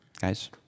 guys